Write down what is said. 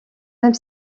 même